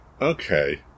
Okay